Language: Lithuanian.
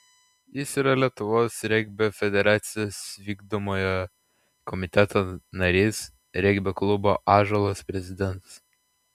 jis yra lietuvos regbio federacijos vykdomojo komiteto narys regbio klubo ąžuolas prezidentas